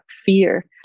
fear